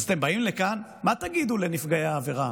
אז אתם באים לכאן, מה תגידו לנפגעי העבירה?